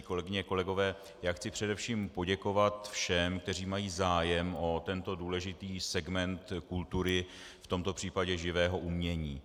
Kolegyně, kolegové, já chci především poděkovat všem, kteří mají zájem o tento důležitý segment kultury, v tomto případě živého umění.